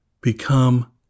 become